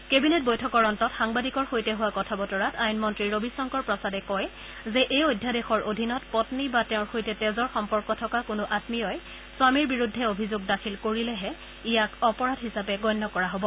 cabinet বৈঠকৰ অন্তত সাংবাদিকৰ সৈতে হোৱা কথা বতৰাত আইন মন্ত্ৰী ৰবিশংকৰ প্ৰসাদে কয় যে এই অধ্যাদেশৰ অধীনত পন্নী বা তেওঁৰ সৈতে তেজৰ সম্পৰ্ক থকা কোনো আমীয়ই স্বামীৰ বিৰুদ্ধে অভিযোগ দাখিল কৰিলেহে ইয়াক অপৰাধ বুলি গণ্য কৰা হব